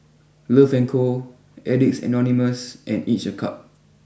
love Co Addicts Anonymous and Each a Cup